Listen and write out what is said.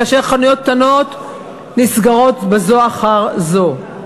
כאשר חנויות קטנות נסגרות בזו אחר זו.